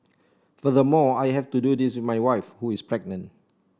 furthermore I have to do this with my wife who is pregnant